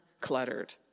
cluttered